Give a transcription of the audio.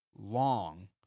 long